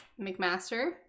McMaster